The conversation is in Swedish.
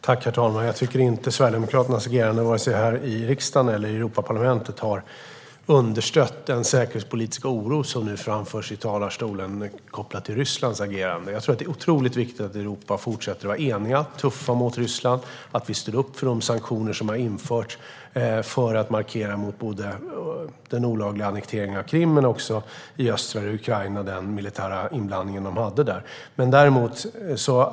Herr talman! Jag tycker inte att Sverigedemokraternas agerande, vare sig här i riksdagen eller i Europaparlamentet, har uppvisat den säkerhetspolitiska oro kopplat till Rysslands agerande som nu framförs i talarstolen. Jag tror att det är otroligt viktigt att Europa fortsätter vara enigt och att vi är tuffa mot Ryssland. Vi ska stå upp för de sanktioner som har införts som en markering mot den olagliga annekteringen av Krim och den militära inblandning som fanns i östra Ukraina.